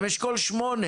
הם אשכול 8,